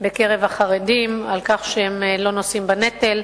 בקרב החרדים ועל כך שהם לא נושאים בנטל.